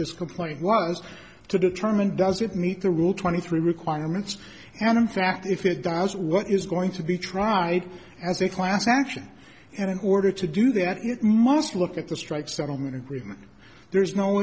this complaint was to determine does it meet the rule twenty three requirements and in fact if it dies what is going to be tried as a class action and in order to do that it must look at the strike settlement agreement there's no